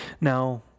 Now